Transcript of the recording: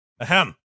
Ahem